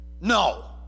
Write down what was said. No